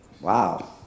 Wow